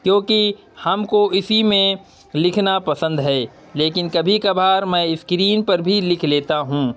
کیونکہ ہم کو اسی میں لکھنا پسند ہے لیکن کبھی کبھار میں اسکرین پر بھی لکھ لیتا ہوں